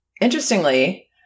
Interestingly